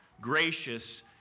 gracious